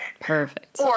Perfect